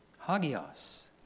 Hagios